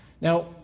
Now